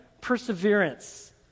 perseverance